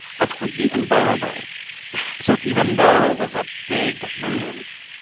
that would be unbearable so even though it was a big move,